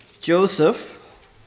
Joseph